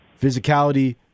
physicality